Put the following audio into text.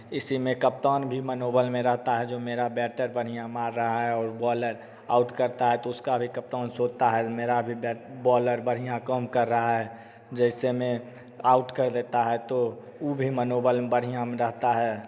इसी में कप्तान भी मनोबल में रहता है जो मेरा बैटर बढ़िया मार रहा है और बॉलर आउट करता है तो उसका भी कप्तान सोचता है कि मेरा भी बॉलर बढ़िया काम कर रहा है जैसे में आउट कर देता है तो ऊ भी मनोबल मने बढ़िया में रहता है